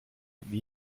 wie